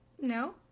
No